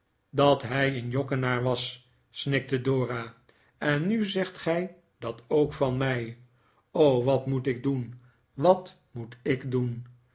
dat hij een jokkenaar was snikte dora en nu zegt gij dat ook van mij o wat moet ik doen wat moet ik doen